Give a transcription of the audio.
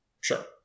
Sure